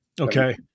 Okay